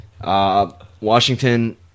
Washington